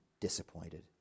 disappointed